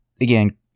Again